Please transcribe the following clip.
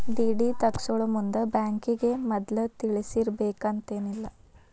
DD ತಗ್ಸ್ಕೊಳೊಮುಂದ್ ಬ್ಯಾಂಕಿಗೆ ಮದ್ಲ ತಿಳಿಸಿರ್ಬೆಕಂತೇನಿಲ್ಲಾ